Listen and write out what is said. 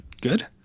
Good